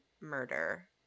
murder